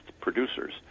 producers